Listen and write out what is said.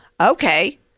Okay